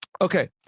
Okay